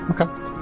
Okay